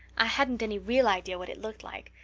i hadn't any real idea what it looked like.